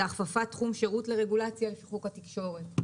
זה הכפפת תחום שירות לרגולציה לפי חוק התקשורת.